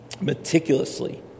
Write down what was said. meticulously